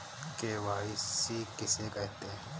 KYC किसे कहते हैं?